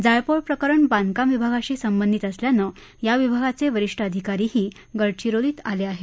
जाळपोळ प्रकरण बांधकाम विभागाशी संबंधित असल्यानं या विभागाचे वरिष्ठ अधिकारीही गडचिरोलीत आले आहेत